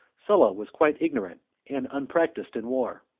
sulla was quite ignorant and unpractised in war.